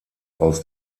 aus